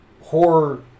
horror